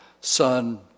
son